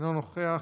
אינו נוכח,